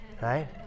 right